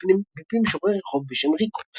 מפי משורר רחוב בשם ריקו.